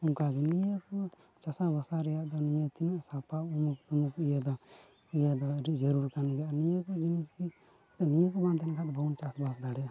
ᱚᱱᱠᱟ ᱜᱮ ᱱᱤᱭᱟᱹ ᱠᱚ ᱪᱟᱥᱟ ᱵᱟᱥᱟ ᱨᱮᱭᱟᱜ ᱫᱚ ᱱᱤᱭᱟᱹ ᱛᱤᱱᱟᱹᱜ ᱥᱟᱯᱟᱵ ᱩᱢᱩᱠ ᱛᱩᱢᱩᱠ ᱤᱭᱟᱹ ᱫᱚ ᱱᱤᱭᱟᱹ ᱫᱚ ᱟᱹᱰᱤ ᱡᱟᱹᱨᱩᱲ ᱠᱟᱱ ᱜᱮᱭᱟ ᱱᱤᱭᱟᱹ ᱠᱚ ᱡᱤᱱᱤᱥ ᱜᱮ ᱱᱤᱭᱟᱹ ᱠᱚ ᱵᱟᱝ ᱛᱟᱦᱮᱱ ᱠᱷᱟᱱ ᱫᱚ ᱵᱟᱵᱚᱱ ᱪᱟᱥ ᱵᱟᱥ ᱫᱟᱲᱮᱭᱟᱜᱼᱟ